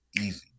easy